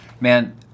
man